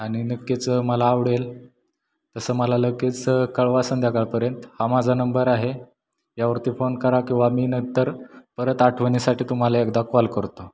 आणि नक्कीच मला आवडेल तसं मला लगेच कळवा संध्याकाळपर्यंत हा माझा नंबर आहे यावरती फोन करा किंवा मी नंतर परत आठवणीसाठी तुम्हाला एकदा कॉल करतो